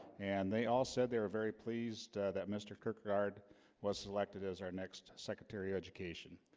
and they all said they were very pleased that mr. kirkyard was elected as our next secretary education.